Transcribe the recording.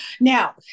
Now